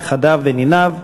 נכדיו וניניו.